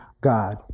God